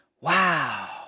Wow